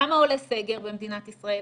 כמה עולה סגר במדינת ישראל,